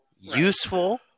useful